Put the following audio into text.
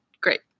Great